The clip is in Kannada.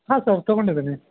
ಹಾಂ ಸರ್ ತಗೊಂಡಿದ್ದೀನಿ